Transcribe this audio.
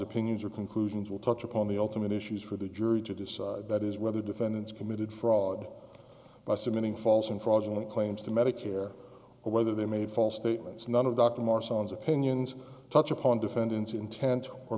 opinions or conclusions will touch upon the ultimate issues for the jury to decide that is whether defendants committed fraud by submitting false and fraudulent claims to medicare or whether they made false statements none of dr morse owns opinions touch upon defendants intent or